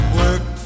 work